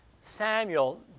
Samuel